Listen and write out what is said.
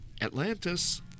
Atlantis